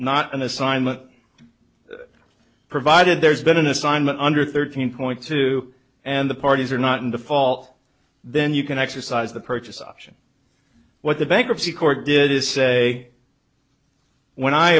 not an assignment provided there's been an assignment under thirteen point two and the parties are not in default then you can exercise the purchase option what the bankruptcy court did is say when i